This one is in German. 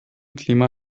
klima